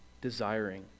desiring